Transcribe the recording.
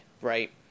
right